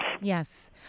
Yes